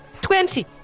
twenty